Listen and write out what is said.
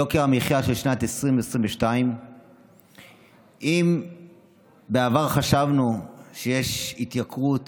יוקר המחיה של שנת 2022. אם בעבר חשבנו שיש התייקרות